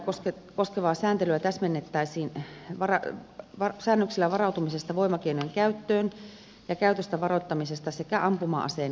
voimakeinoja koskevaa sääntelyä täsmennettäisiin säännöksillä varautumisesta voimakeinojen käyttöön käytöstä varoittamisesta sekä ampuma aseen käytöstä